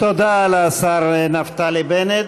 תודה לשר נפתלי בנט.